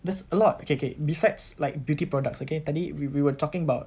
there's a lot okay okay besides like beauty products okay tadi we we were talking about